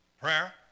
Prayer